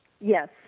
Yes